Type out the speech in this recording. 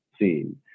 seen